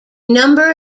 number